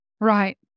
Right